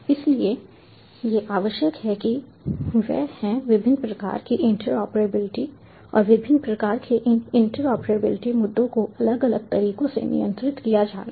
इसलिए जो आवश्यक है वह है विभिन्न प्रकार की इंटरऑपरेबिलिटी और विभिन्न प्रकारों के इन इंटरऑपरेबिलिटी मुद्दों को अलग अलग तरीकों से नियंत्रित किया जाना है